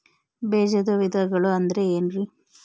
ಬೇಜದ ವಿಧಗಳು ಅಂದ್ರೆ ಏನ್ರಿ?